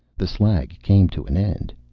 the slag came to an end.